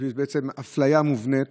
ובעצם אפליה מובנית